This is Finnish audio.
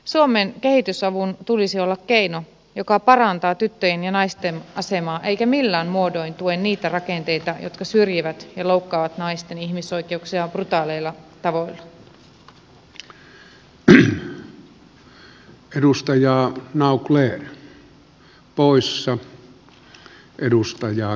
suomen kehitysavun tulisi olla keino joka parantaa tyttöjen ja naisten asemaa eikä millään muodoin tue niitä rakenteita jotka syrjivät ja loukkaavat naisten ihmisoikeuksia brutaaleilla tavoilla